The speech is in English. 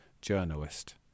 journalist